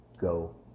go